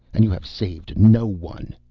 and you have saved no one.